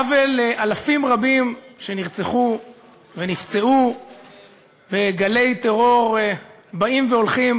עוול לאלפים רבים שנרצחו ונפצעו בגלי טרור באים והולכים